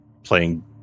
playing